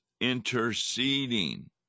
interceding